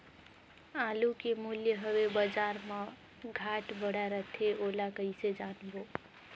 आलू के मूल्य हवे बजार मा घाट बढ़ा रथे ओला कइसे जानबो?